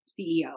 CEO